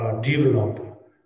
develop